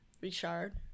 Richard